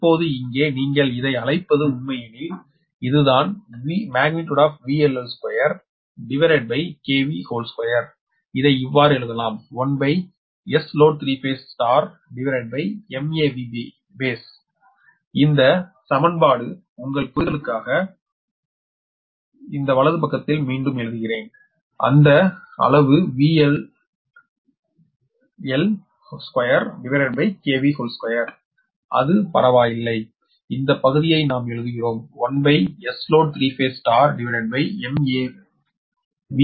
இப்போது இங்கே நீங்கள் இதை அழைப்பது உண்மையில் இதுதான் VL L22இதை இவ்வாறு எழுதலாம் 1SloadMAV baseஇந்த சமன்பாடு உங்கள் புரிதலுக்காக ஒரு வலது பக்கத்திற்கு மீண்டும் எழுதுகிறேன் அந்த அளவு VL L22அது பரவாயில்லை இந்த பகுதியை நாம் எழுதுகிறோம் 1SloadMAV base